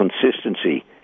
consistency